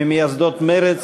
ממייסדות מרצ,